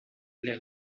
les